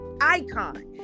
icon